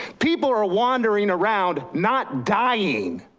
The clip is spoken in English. people are wandering around, not dying.